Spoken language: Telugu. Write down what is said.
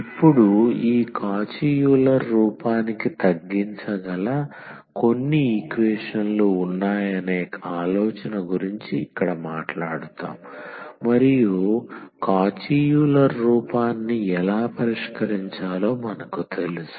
ఇప్పుడు ఈ కాచి యూలర్ రూపానికి తగ్గించగల కొన్ని ఈక్వేషన్ లు ఉన్నాయనే ఆలోచన గురించి ఇక్కడ మాట్లాడుతాము మరియు కాచి యూలర్ రూపాన్ని ఎలా పరిష్కరించాలో మనకు తెలుసు